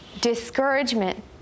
Discouragement